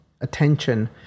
attention